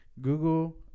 Google